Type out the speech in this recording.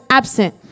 absent